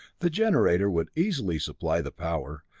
the generator would easily supply the power,